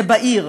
זה בעיר,